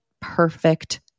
perfect